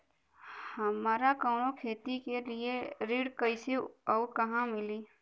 हमरा कवनो खेती के लिये ऋण कइसे अउर कहवा मिली?